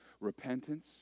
Repentance